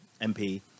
mp